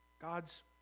God's